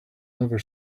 never